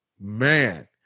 Man